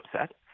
upset